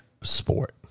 sport